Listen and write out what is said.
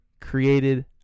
created